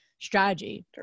strategy